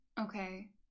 Okay